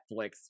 Netflix